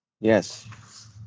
Yes